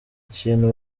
kintu